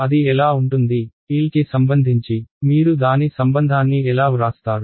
అది ఎలా ఉంటుంది L కి సంబంధించి మీరు దాని సంబంధాన్ని ఎలా వ్రాస్తారు